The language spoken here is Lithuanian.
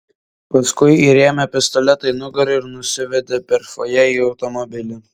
paskui įrėmė pistoletą į nugarą ir nusivedė per fojė į automobilį